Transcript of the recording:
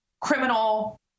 criminal